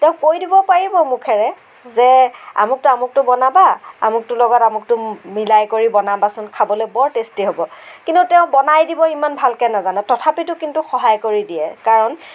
তেওঁ কৈ দিব পাৰিব মুখেৰে যে আমুকটো আমুকটো বনাবা আমুকটো লগত আমুকটো মিলাই কৰি বনাবাচোন খাবলে বৰ টেষ্টী হ'ব কিন্তু তেওঁ বনাই দিব ইমান ভালকৈ নাজানে তথাপিটো কিন্তু সহায় কৰি দিয়ে কাৰণ